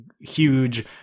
huge